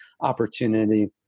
opportunity